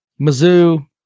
Mizzou